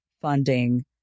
funding